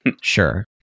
sure